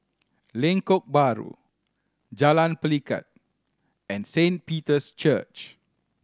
Lengkok Bahru Jalan Pelikat and Saint Peter's Church